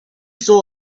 saw